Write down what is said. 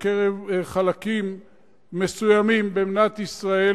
בקרב חלקים מסוימים במדינת ישראל,